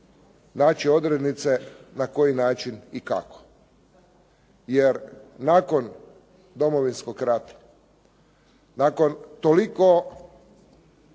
naći odrednice na koji način i kako. Jer nakon Domovinskog rata, nakon toliko